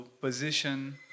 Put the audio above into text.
position